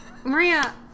Maria